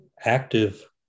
active